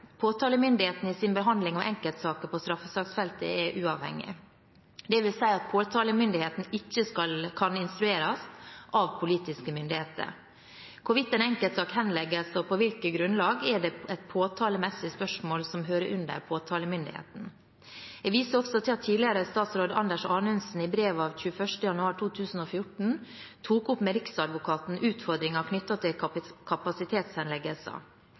i sin behandling av enkeltsaker på straffesaksfeltet uavhengig. Det vil si at påtalemyndigheten ikke kan instrueres av politiske myndigheter. Hvorvidt en enkeltsak henlegges og på hvilket grunnlag, er et påtalemessig spørsmål som hører under påtalemyndigheten. Jeg viser også til at tidligere statsråd Anders Anundsen i brev av 21. januar 2014 tok opp med Riksadvokaten utfordringer knyttet til kapasitetshenleggelser.